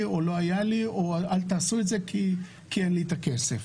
או לא היה לי או אל תעשו את זה כי אין לי הכסף.